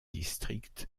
district